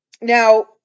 now